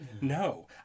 no